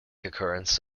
occurrence